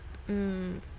mm